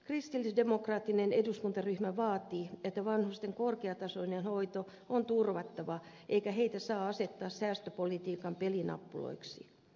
kristillisdemokraattinen eduskuntaryhmä vaatii että vanhusten korkeatasoinen hoito on turvattava eikä heitä saa asettaa säästöpolitiikan pelinappuloiksi